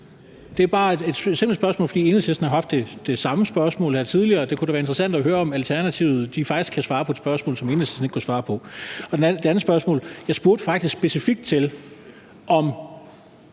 Det er et helt simpelt spørgsmål, jeg stiller, fordi Enhedslisten er blevet stillet det samme spørgsmål tidligere, og det kunne da være interessant at høre, om Alternativet faktisk kan svare på et spørgsmål, som Enhedslisten ikke kunne svare på. Med hensyn til det første spørgsmål, så spurgte jeg faktisk specifikt til, om